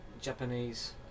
Japanese